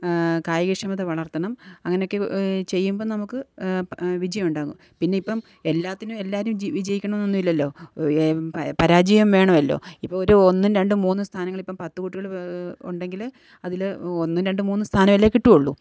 കായികക്ഷമത വളർത്തണം അങ്ങനെയൊക്കെ ചെയ്യുമ്പോള് നമുക്ക് പ വിജയമുണ്ടാകും പിന്നിപ്പോള് എല്ലാത്തിനും എല്ലാരും ജി വിജയിക്കണമെന്നൊന്നും ഇല്ലല്ലോ പ പരാജയം വേണമല്ലോ ഇപ്പൊരു ഒന്നും രണ്ടും മൂന്നും സ്ഥാനങ്ങളിപ്പോള് പത്തുകുട്ടികള് വേ ഉണ്ടെങ്കില് അതില് ഒന്നും രണ്ടും മൂന്നും സ്ഥാനാമല്ലേ കിട്ടൂള്ളൂ